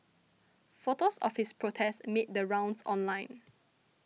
photos of his protests made the rounds online